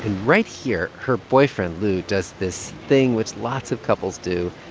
right here, her boyfriend lu does this thing which lots of couples do.